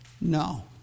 No